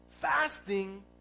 Fasting